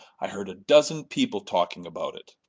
i heard a dozen people talking about it.